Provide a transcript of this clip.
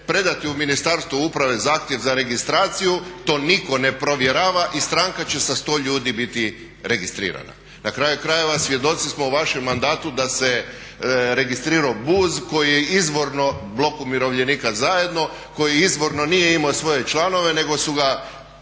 predati u Ministarstvo uprave zahtjev za registraciju, to nitko ne provjerava i stranka će sa 100 ljudi biti registrirana. Na kraju krajeva svjedoci smo u vašem mandatu da se registrirao BUZ koji je izvorno Blok umirovljenika zajedno koji izvorno nije imao svoje članove nego su ga osnovali